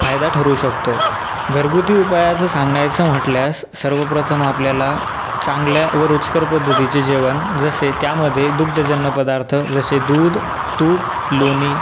फायदा ठरू शकतो घरगुती उपायाचं सांगायचं म्हटल्यास सर्वप्रथम आपल्याला चांगल्या व रुचकर पद्धतीचे जेवण जसे त्यामध्ये दुग्धजन्य पदार्थ जसे दूध तूप लोणी